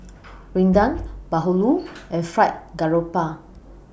Rendang Bahulu and Fried Garoupa